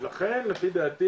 ולכן לפי דעתי